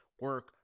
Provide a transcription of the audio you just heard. Work